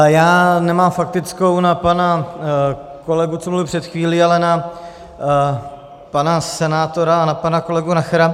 Já nemám faktickou na pana kolegu, co mluvil před chvílí, ale na pana senátora a na pana kolegu Nachera.